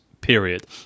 period